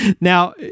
Now